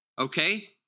okay